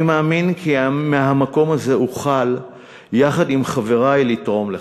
אני מאמין כי מהמקום הזה אוכל יחד עם חברי לתרום לכך.